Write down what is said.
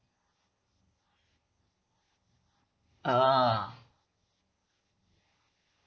ah